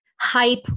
hype